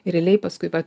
ir realiai paskui vat